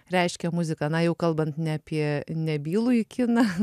reiškia muzika na jau kalbant apie nebylųjį kiną